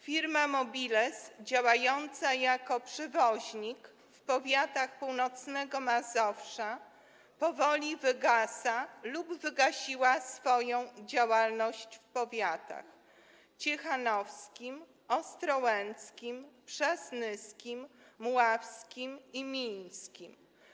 Firma Mobiles działająca jako przewoźnik w powiatach północnego Mazowsza powoli wygasa lub wygasiła swoją działalność w powiatach: ciechanowskim, ostrołęckim, przasnyskim, mławskim i mińskim.